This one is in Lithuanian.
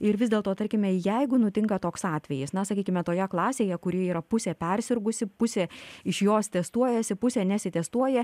ir vis dėlto tarkime jeigu nutinka toks atvejis na sakykime toje klasėje kurioje yra pusė persirgusi pusė iš jos testuojasi pusė nesitestuoja